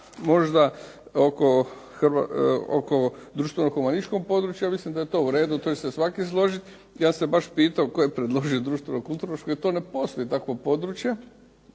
možda oko društveno-humanističkog područja. Mislim da je to u redu. To će se svaki složiti. Ja sam baš pitao tko je predložio društveno-kulturološko jer to ne postoji takvo područje,